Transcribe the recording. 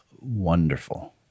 wonderful